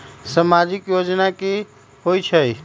समाजिक योजना की होई छई?